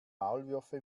maulwürfe